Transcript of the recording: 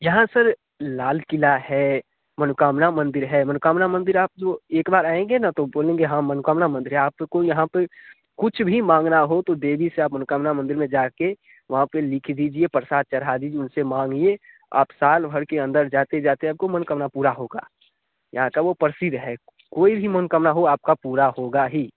यहाँ सर लाल किला है मनोकामना मंदिर है मनोकामना मंदिर आप जो एक बार आएँगे ना तो बोलेंगे हाँ मनोकामना मंदिर है आपको यहाँ पर कुछ भी मांगना हो तो देवी से आप मनोकामना मंदिर में जा के वहाँ पर लिख दीजिए प्रसाद चढ़ा दीजिए उनसे मांगिये आप साल भर के अंदर जाते जाते आपको मनोकामना पूरा होगा यहाँ का वो प्रसिद्ध है कोई भी मनोकामना हो आपका पूरा होगा ही